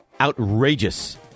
outrageous